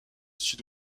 sud